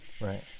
Right